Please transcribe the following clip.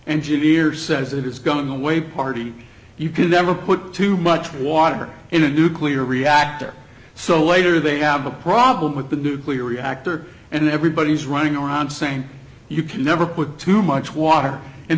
engineer says it is going away party you can never put too much water in a nuclear reactor so later they have a problem with the nuclear reactor and everybody is running around saying you can never put too much water